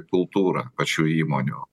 kultūra pačių įmonių